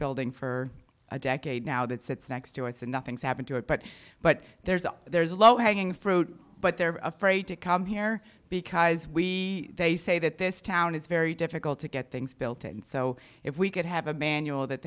building for a decade now that sits next to us and nothing's happened to it but but there's a there's a low hanging fruit but they're afraid to come here because we they say that this town is very difficult to get things built and so if we could have a manual that